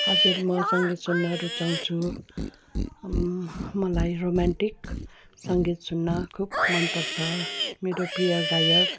हजुर म सङ्गीत सुन्न रुचाउँछु मलाई रोम्यान्टिक सङ्गीत सुन्न खुब मनपर्छ मेरो प्रिय गायक